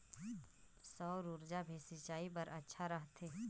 सौर ऊर्जा भी सिंचाई बर अच्छा रहथे?